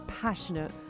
passionate